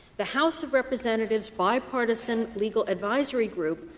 the house of representatives' bipartisan legal advisory group,